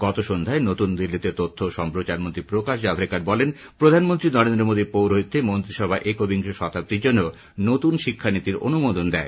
গত সন্ধ্যায় নতুন দিল্লিতে তথ্য সম্প্রচার মন্ত্রী প্রকাশ জাভরেকর বলেন প্রধানমন্ত্রী নরেন্দ্র মোদির পৌরোহিত্যে মন্ত্রিসভা একবিংশ শতাব্দীর জন্য নতুন শিক্ষানীতির অনুমোদন দেয়